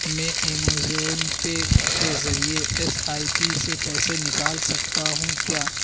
میں Amazon pay کے ذریعے ایس آئی پی سے پیسے نکال سکتا ہوں کیا